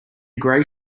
gray